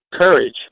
courage